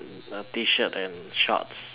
a T-shirt and shorts